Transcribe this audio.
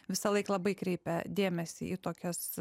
visąlaik labai kreipia dėmesį į tokias